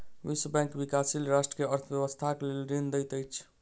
विश्व बैंक विकाशील राष्ट्र के अर्थ व्यवस्थाक लेल ऋण दैत अछि